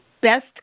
best